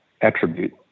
attribute